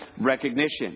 recognition